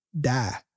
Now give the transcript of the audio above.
die